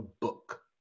book